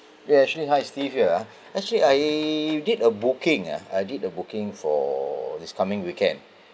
yes actually hi steve here ah actually I did a booking ah I did the booking for this coming weekend